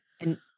and-